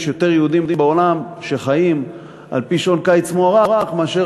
יש יותר יהודים בעולם שחיים על-פי שעון קיץ מוארך מאשר